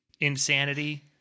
insanity